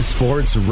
Sports